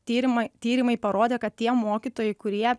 tyrimai tyrimai parodė kad tie mokytojai kurie